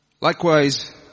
Likewise